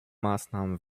maßnahmen